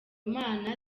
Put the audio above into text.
mana